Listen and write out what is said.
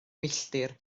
milltir